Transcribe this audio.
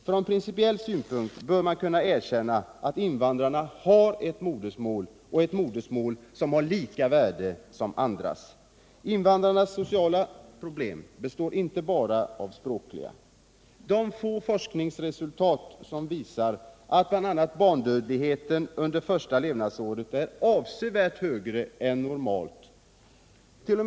Man måste erkänna att invandrarna har ett modersmål som har lika stort värde som andras. Invandrarnas sociala svårigheter har inte bara sin grund i språkliga problem. De få forskningsresultat som finns visar att bl.a. barndödligheten under första levnadsåret bland invandrarbarnen var avsevärt högre än normalt. T.o.